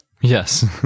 Yes